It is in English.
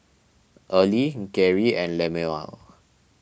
Early Geri and Lemuel